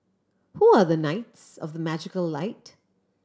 who are the knights of the magical light